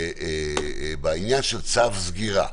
בעניין של צו סגירה,